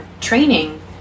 training